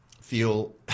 feel